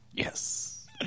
Yes